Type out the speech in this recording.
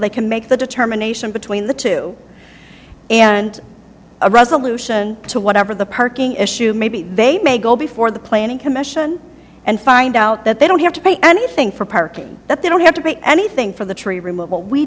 they can make the determination between the two and a resolution to whatever the parking issue maybe they may go before the planning commission and find out that they don't have to pay anything for parking that they don't have to pay anything for the tree remov